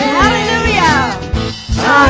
hallelujah